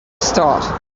start